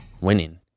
winning